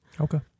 Okay